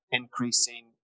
increasing